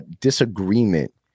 disagreement